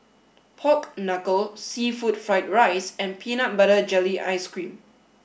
Pork Knuckle Seafood Fried Rice and Peanut Butter Jelly Ice Cream